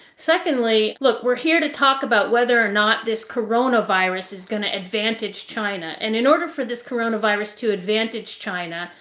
look, we're here to talk about whether or not this coronavirus is going to advantage china. and in order for this corona virus to advantage china,